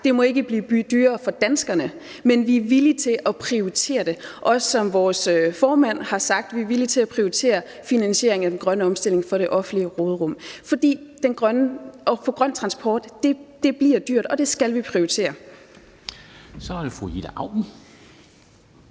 det ikke må blive dyrere for danskerne, men vi er villige til at prioritere det, og som vores formand har sagt, er vi villige til at prioritere finansiering af den grønne omstilling fra det offentlige råderum på grøn transport, og det bliver dyrt, og det skal vi prioritere. Kl. 10:56 Formanden